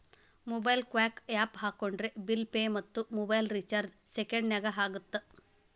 MobiKwik app ಹಾಕೊಂಡ್ರೆ bill pay ಮತ್ತ mobile recharge ಸೆಕೆಂಡನ್ಯಾಗ ಆಗತ್ತ